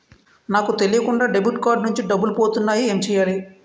నాకు తెలియకుండా debit card నుంచి డబ్బులు పోతున్నాయి ఎం చెయ్యాలి?